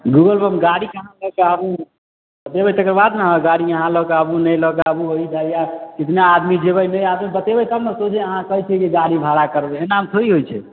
Google गाड़ी कहाँ लै के आबू बतेबै तेकर बाद ने हँ गाड़ी यहाँ लऽ के आबू ने लऽ के आबू कितना आदमी जयबै ने आदमी बतेबै तब ने सोझे अहाँ कहैत छियै जे गाड़ी भाड़ा करबै एनामे थोड़े होइत छै